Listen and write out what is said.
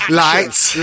lights